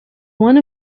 one